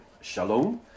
shalom